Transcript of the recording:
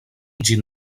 ĝin